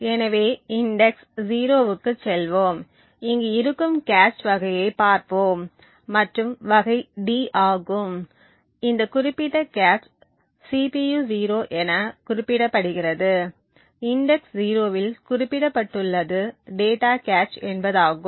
எனவே இண்டெக்ஸ் 0 க்குச் செல்வோம் இங்கு இருக்கும் கேச் வகையைப் பார்ப்போம் மற்றும் வகை D ஆகும் இந்த குறிப்பிட்ட கேச் CPU 0 என குறிப்பிடப்படுகிறது இண்டெக்ஸ் 0 இல் குறிப்பிடப்பட்டுள்ளது டேட்டா கேச் என்பதாகும்